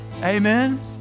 amen